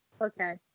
Okay